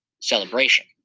celebration